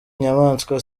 inyamaswa